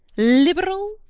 liberal,